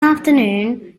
afternoon